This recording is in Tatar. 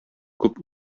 күп